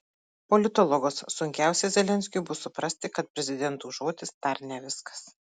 politologas sunkiausia zelenskiui bus suprasti kad prezidento žodis dar ne viskas